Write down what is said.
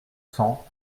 cent